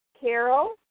Carol